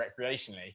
recreationally